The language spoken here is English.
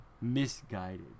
Misguided